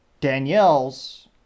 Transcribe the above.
Danielle's